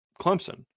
Clemson